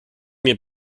mir